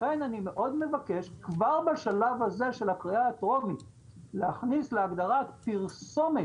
לכן אני מאוד מבקש כבר בשלב הזה של הקריאה הטרומית להכניס להגדרה פרסומת